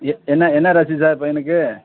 எ என்ன என்ன ராசி சார் பையனுக்கு